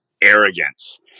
arrogance